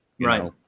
right